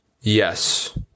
Yes